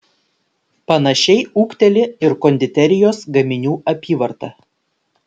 panašiai ūgteli ir konditerijos gaminių apyvarta